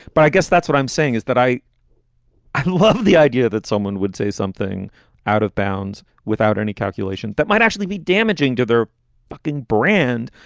but i guess that's what i'm saying, is that i i love the idea that someone would say something out of bounds without any calculation that might actually be damaging to their brand.